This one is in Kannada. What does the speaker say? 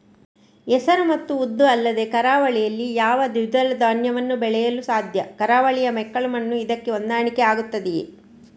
ಹೆಸರು ಮತ್ತು ಉದ್ದು ಅಲ್ಲದೆ ಕರಾವಳಿಯಲ್ಲಿ ಯಾವ ದ್ವಿದಳ ಧಾನ್ಯವನ್ನು ಬೆಳೆಯಲು ಸಾಧ್ಯ? ಕರಾವಳಿಯ ಮೆಕ್ಕಲು ಮಣ್ಣು ಇದಕ್ಕೆ ಹೊಂದಾಣಿಕೆ ಆಗುತ್ತದೆಯೇ?